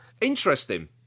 interesting